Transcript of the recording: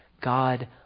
God